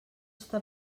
està